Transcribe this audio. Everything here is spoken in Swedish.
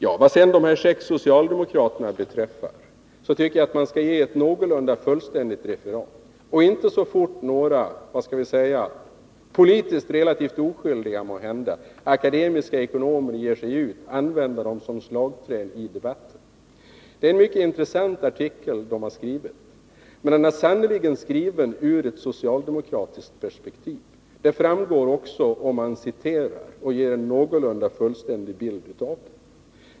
Beträffande de sex socialdemokraterna tycker jag att man skall göra ett någorlunda fullständigt referat och inte så fort några måhända politiskt oskyldiga akademiska ekonomer ger sig ut, använda dem som slagträ i debatten. Det är en mycket intressant artikel som de skrivit. Men den är sannerligen skriven ur ett socialdemokratiskt perspektiv — det framgår om man ger en någorlunda fullständig bild av den.